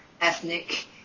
ethnic